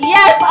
Yes